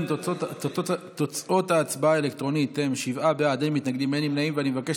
פורר, אינו נוכח,